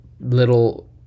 little